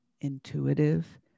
intuitive